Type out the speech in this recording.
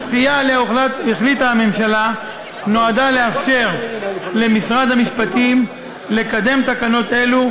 הדחייה שעליה החליטה הממשלה נועדה לאפשר למשרד המשפטים לקדם תקנות אלו,